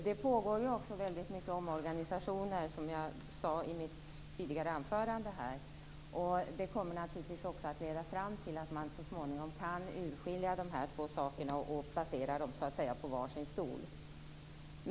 Det pågår också väldigt många omorganisationer, som jag sade i mitt tidigare anförande. Det kommer naturligtvis att leda fram till att man så småningom kan urskilja dessa två saker och placera dem så att säga på varsin stol.